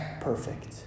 perfect